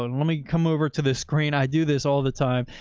ah and let me come over to this screen. i do this all the time.